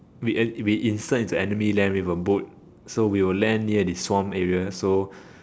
we we insert into enemy land with a boat so we will land near this swamp area so